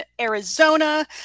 Arizona